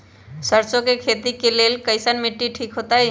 सरसों के खेती के लेल कईसन मिट्टी ठीक हो ताई?